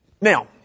Now